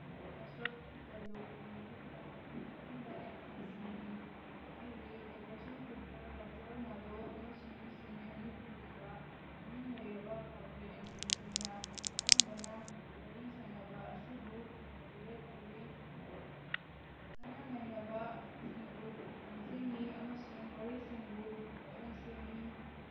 constructive ꯗꯥꯏꯂꯣꯛꯀꯤ ꯃꯍꯨꯠꯇ ꯑꯀꯟꯕ ꯑꯦꯛꯆꯦꯟꯖꯁꯤꯡꯒꯤ ꯊꯣꯛꯍꯜꯂꯤ ꯑꯦꯗꯔꯁꯟ ꯀꯨꯄꯔ ꯔꯥꯆꯜ ꯃꯥꯙꯣ ꯑꯃꯁꯨꯡ ꯁꯤꯟ ꯍꯦꯅꯤꯇꯤꯒꯨꯝꯕ ꯃꯃꯤꯡ ꯂꯩꯔꯕ ꯄꯥꯎꯒꯤ ꯑꯦꯡꯀꯔꯁꯤꯡꯅ ꯑꯌꯥꯝꯕꯅ ꯋꯥꯔꯤ ꯁꯥꯅꯕ ꯑꯁꯤꯕꯨ ꯃꯣꯗꯔꯦꯠ ꯇꯧꯋꯤ ꯈꯟꯅ ꯅꯩꯅꯕꯁꯤꯡꯕꯨ ꯂꯝꯖꯤꯡꯉꯤ ꯑꯃꯁꯨꯡ ꯋꯥꯔꯤꯁꯤꯡꯕꯨ ꯃꯑꯣꯡ ꯁꯦꯝꯃꯤ